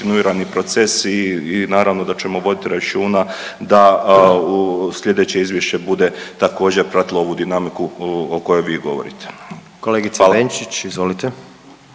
proces i naravno da ćemo voditi računa da sljedeće izvješće bude također pratilo ovu dinamiku o kojoj vi govorite. **Jandroković, Gordan